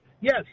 Yes